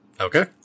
Okay